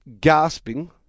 gasping